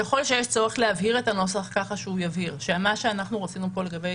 ככל שיש צורך להבהיר את הנוסח כך שהוא יבהיר שמה שאנחנו רצינו כאן לגבי